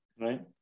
Right